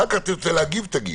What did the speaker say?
אחר כך אם תרצה להגיב, תגיב.